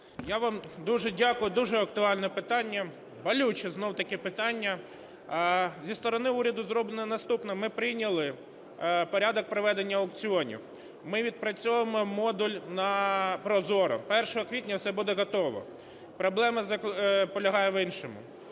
Я вам дуже дякую. Дуже актуальне питання, болюче знов-таки питання. Зі сторони уряду зроблено наступне: ми прийняли порядок проведення аукціонів, ми відпрацьовуємо модуль на ProZorro, 1 квітня все буде готово. Проблема полягає в іншому.